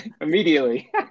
Immediately